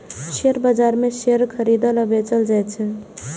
share बाजार मे share खरीदल आ बेचल जाइ छै